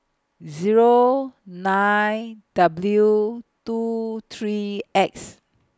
Zero nine W two three X